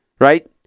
Right